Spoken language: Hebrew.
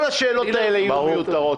כל השאלות האלה יהיו מיותרות,